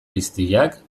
piztiak